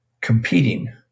competing